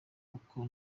kuko